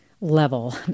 level